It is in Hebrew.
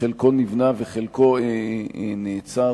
שחלקו נבנה וחלקו נעצר?